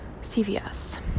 CVS